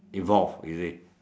involved you see